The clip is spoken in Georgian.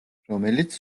რომელიც